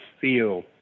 feel